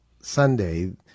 Sunday